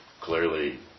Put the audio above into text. clearly